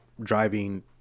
driving